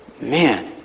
man